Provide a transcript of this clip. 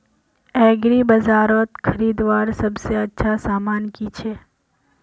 एग्रीबाजारोत खरीदवार सबसे अच्छा सामान की छे?